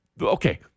Okay